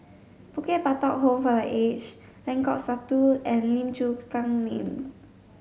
Bukit Batok Home for the Aged Lengkok Satu and Lim Chu Kang Lane